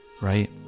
right